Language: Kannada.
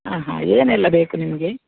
ಹಾಂ ಹಾಂ ಏನೆಲ್ಲ ಬೇಕು ನಿಮಗೆ